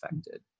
affected